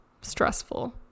stressful